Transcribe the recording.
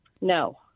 no